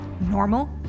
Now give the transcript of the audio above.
normal